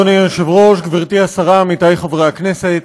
גברתי השרה, עמיתיי חברי הכנסת,